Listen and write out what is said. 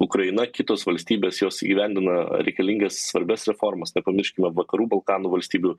ukraina kitos valstybės jos įgyvendina reikalingas svarbias reformas nepamirškime vakarų balkanų valstybių